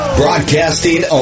broadcasting